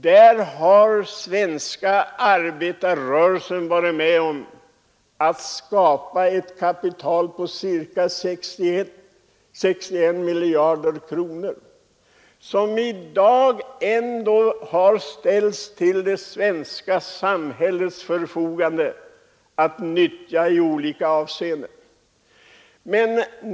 Där har den svenska arbetarrörelsen ändå varit med om att skapa ett kapital på ca 61 miljarder kronor som i dag har ställts till det svenska samhällets förfogande i olika avseenden.